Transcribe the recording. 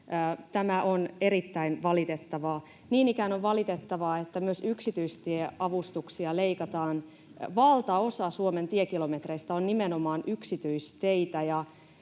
Tämä on erittäin valitettavaa. Niin ikään on valitettavaa, että myös yksityistieavustuksia leikataan. Valtaosa Suomen tiekilometreistä on nimenomaan yksityisteitä,